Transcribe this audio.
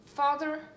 Father